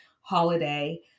holiday